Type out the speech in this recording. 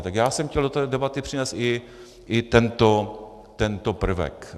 Tak já jsem chtěl do té debaty přinést i tento prvek.